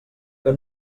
que